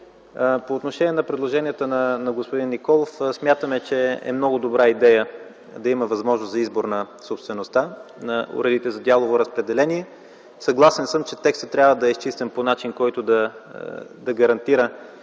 По отношение на предложенията на господин Николов, смятаме, че е много добра идея да има възможност за избор на собствеността на уредите за дялово разпределение. Съгласен съм, че текстът трябва да е изчистен по начин, който да гарантира